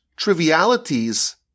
Trivialities